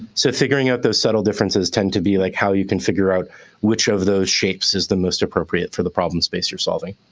so figuring out those subtle differences tend to be, like, how you can figure out which of those shapes is the most appropriate for the problem space you're solving.